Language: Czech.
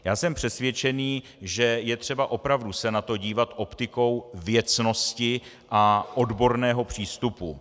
Já jsem přesvědčený, že je třeba opravdu se na to dívat optikou věcnosti a odborného přístupu.